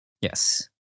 Yes